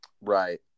Right